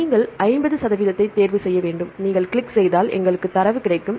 நீங்கள் 50 சதவீதத்தை தேர்வு செய்ய வேண்டும் நீங்கள் கிளிக் செய்தால் எங்களுக்கு தரவு கிடைக்கும்